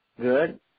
Good